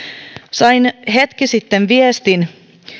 sain hetki sitten viestin että